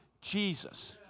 Jesus